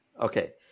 Okay